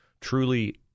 truly